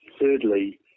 thirdly